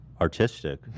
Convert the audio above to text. Artistic